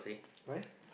why